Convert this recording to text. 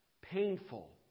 painful